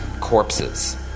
corpses